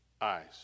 eyes